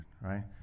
Right